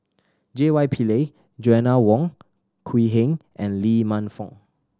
J Y Pillay Joanna Wong Quee Heng and Lee Man Fong